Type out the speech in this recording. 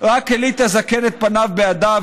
/ רק הליט הזקן את פניו בידיו...